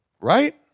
Right